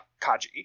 Kaji